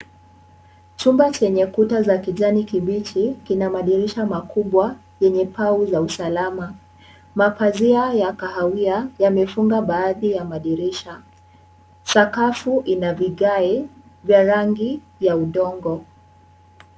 Chumba chenye kuta za kijani kibichi, kina madirisha makubwa yenye pau za usalama. Mapazia ya kahawia yamefunga baadhi ya madirisha. Sakafu ina vigae vya rangi ya udongo.